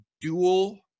dual